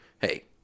Hey